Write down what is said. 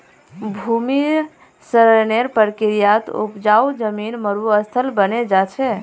भूमि क्षरनेर प्रक्रियात उपजाऊ जमीन मरुस्थल बने जा छे